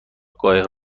قایق